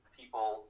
people